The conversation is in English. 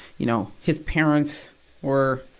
you know, his parents were,